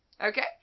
Okay